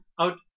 out